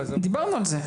דיברנו על זה.